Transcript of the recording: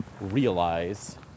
realize